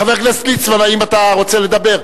חבר הכנסת יעקב ליצמן, האם אתה רוצה לדבר?